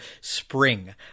Spring